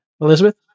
Elizabeth